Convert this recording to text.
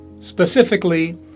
Specifically